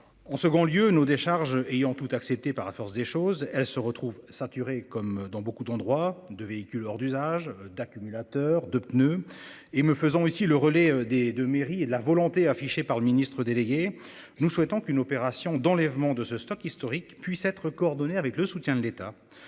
On second lieu nous décharge ayant toute accepté par la force des choses, elle se retrouve ceinturés comme dans beaucoup d'endroits de véhicules hors d'usage d'accumulateurs de pneus et me faisons ici le relais des 2 mairies et la volonté affichée par le ministre délégué, nous souhaitons qu'une opération d'enlèvement de ce stock historique puisse être coordonné avec le soutien de l'État.